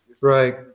Right